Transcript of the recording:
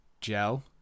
gel